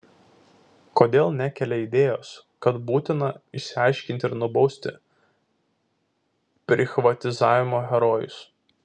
kodėl nekelia idėjos kad būtina išsiaiškinti ir nubausti prichvatizavimo herojus